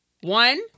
One